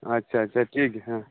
ᱟᱪᱪᱷᱟ ᱟᱪᱪᱷᱟ ᱴᱷᱤᱠ ᱜᱮᱭᱟ ᱦᱮᱸ